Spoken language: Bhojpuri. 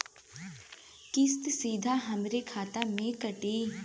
किस्त सीधा हमरे खाता से कटी?